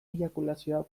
eiakulazioa